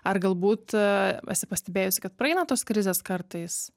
ar galbūt esi pastebėjusi kad praeina tos krizės kartais